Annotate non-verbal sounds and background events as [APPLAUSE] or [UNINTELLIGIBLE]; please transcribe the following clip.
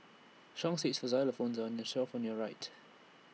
[UNINTELLIGIBLE] seeds for xylophones are on the shelf on your right